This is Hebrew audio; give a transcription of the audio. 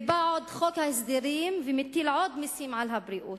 ובא גם חוק ההסדרים ומטיל עוד מסים על הבריאות,